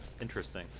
Interesting